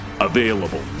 Available